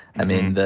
i mean,